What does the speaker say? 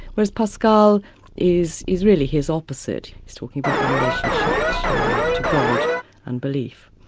whereas pascal is is really his opposite, he's talking about the relationship to to god and belief.